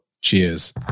Cheers